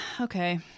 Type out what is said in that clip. okay